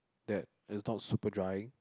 that is not super drying